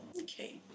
okay